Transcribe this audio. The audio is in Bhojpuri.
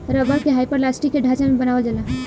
रबर के हाइपरलास्टिक के ढांचा में बनावल जाला